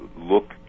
look